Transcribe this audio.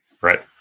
Right